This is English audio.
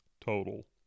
total